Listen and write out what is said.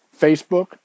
Facebook